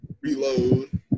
reload